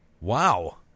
wow